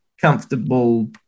comfortable